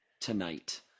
Tonight